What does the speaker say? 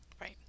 right